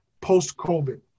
post-COVID